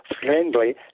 friendly